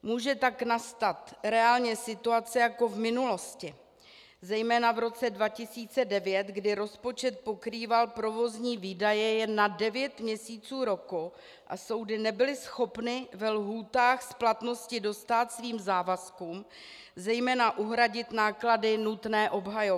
Může tak nastat reálně situace jako v minulosti, zejména v roce 2009, kdy rozpočet pokrýval provozní výdaje jen na devět měsíců roku a soudy nebyly schopny ve lhůtách splatnosti dostát svým závazkům, zejména uhradit náklady nutné obhajoby.